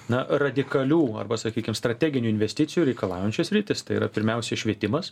na radikalių arba sakykim strateginių investicijų reikalaujančios sritys tai yra pirmiausia švietimas